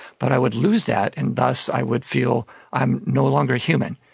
but i would lose that and thus i would feel i'm no longer human,